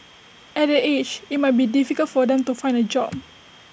at the age IT might be difficult for them to find A job